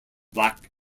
black